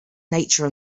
nature